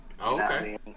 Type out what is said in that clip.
Okay